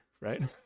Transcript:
right